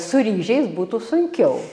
su ryžiais būtų sunkiau